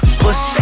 push